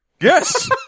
Yes